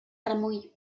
remull